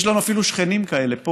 יש לנו אפילו שכנים כאלה פה